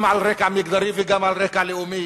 גם על רקע מגדרי וגם על רקע לאומי.